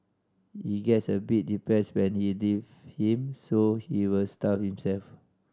he gets a bit depressed when he leave him so he will starve himself